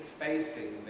facing